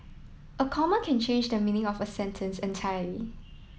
a comma can change the meaning of sentence entirely